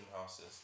houses